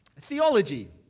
theology